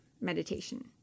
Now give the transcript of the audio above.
Meditation